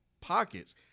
pockets